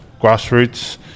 grassroots